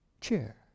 chair